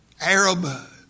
Arab